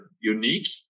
unique